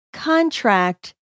contract